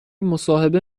مصاحبه